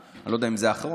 אני לא יודע אם זה האחרון,